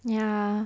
ya